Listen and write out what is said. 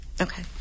Okay